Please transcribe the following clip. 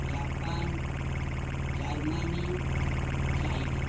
Japan Germany China